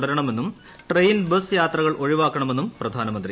തുടരണമെന്നും train bus യാത്രക്ൾ ഒഴിവാക്കണമെന്നും പ്രധാനമന്ത്രി